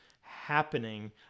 happening